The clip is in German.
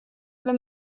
wenn